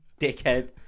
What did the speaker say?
dickhead